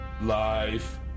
Life